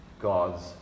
God's